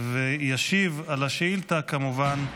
ישיב על השאילתה, כמובן,